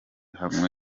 hamwe